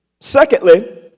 Secondly